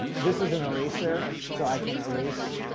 this is an eraser. so i can erase